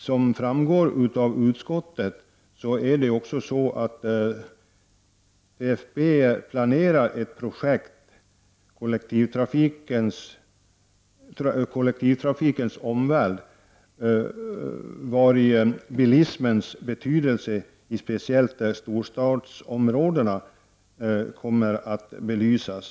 Som framgår av utskottet planerar TFB ett projekt, ”Kollektivtrafikens omvärld”, där bilismens betydelse i speciellt storstadsområdena kommer att be lysas.